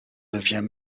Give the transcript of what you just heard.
devient